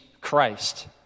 Christ